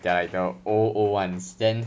they're like the old old ones then